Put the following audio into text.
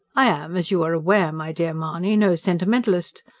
i am, as you are aware, my dear mahony, no sentimentalist.